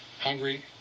Hungry